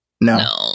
no